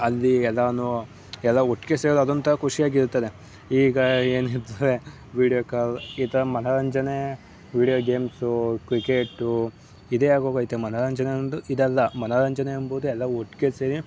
ಅಲ್ಲಿ ಎಲ್ಲನೂ ಎಲ್ಲ ಒಟ್ಟಿಗೆ ಸೇರೋದು ಅದೊಂಥರ ಖುಷಿಯಾಗಿರುತ್ತದೆ ಈಗ ಏನಿರ್ತದೆ ವೀಡ್ಯೋ ಕಾಲ್ ಈ ಥರ ಮನೋರಂಜನೆ ವೀಡ್ಯೋ ಗೇಮ್ಸು ಕ್ರಿಕೆಟು ಇದೆ ಆಗೋಗೈತೆ ಮನೋರಂಜನೆ ಅನ್ನೋದು ಇದಲ್ಲ ಮನೋರಂಜನೆ ಎಂಬುದು ಎಲ್ಲ ಒಟ್ಟಿಗೆ ಸೇರಿ